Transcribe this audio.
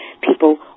people